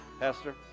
Pastor